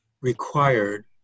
required